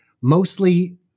Mostly